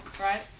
Right